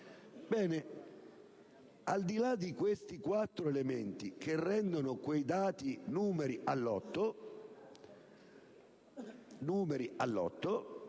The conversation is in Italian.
Ebbene, al di là di questi quattro elementi che rendono quei dati numeri al lotto, che di